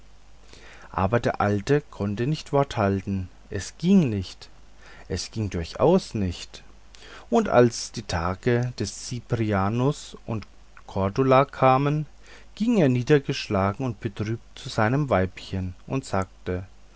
aber der alte konnte nicht wort halten es ging nicht es ging durchaus nicht und als die tage ziprianus und kordula kamen ging er niedergeschlagen und betrübt zu seinem weibchen und sagte